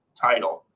title